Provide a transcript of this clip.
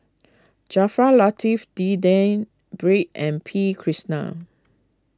Jaafar Latiff D N Pritt and P Krishnan